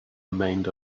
remained